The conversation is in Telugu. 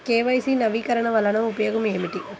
కే.వై.సి నవీకరణ వలన ఉపయోగం ఏమిటీ?